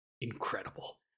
incredible